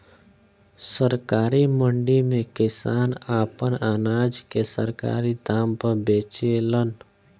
सरकारी मंडी में किसान आपन अनाज के सरकारी दाम पर बेचेलन